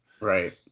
Right